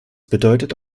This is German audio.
bedeutet